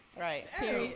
Right